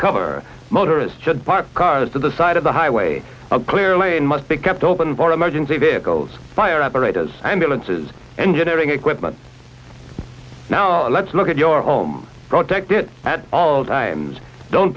cover motorists should park cars to the side of the highway clear lane must be kept open for emergency vehicles fire operators ambulances engineering equipment now let's look at your home grown tech did at all times don't